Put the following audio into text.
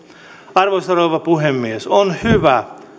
arvoisa rouva puhemies on hyvä